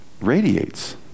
radiates